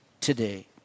today